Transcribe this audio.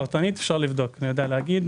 פרטנית אפשר לבדוק, אני לא יודע להגיד.